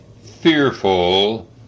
fearful